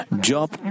Job